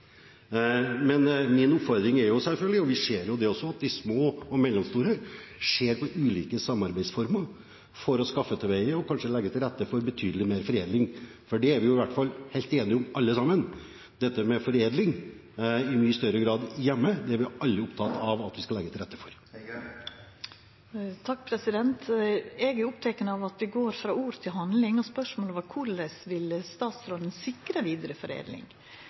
også, at de små og mellomstore ser på ulike samarbeidsformer for å skaffe til veie og kanskje legge til rette for betydelig mer foredling. Vi er i alle fall helt enige om og opptatt av alle sammen, at det å foredle i mye større grad hjemme, er noe vi skal legge til rette for. Eg er oppteken av at vi går frå ord til handling. Spørsmålet var: Korleis vil statsråden